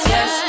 Yes